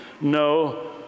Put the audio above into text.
no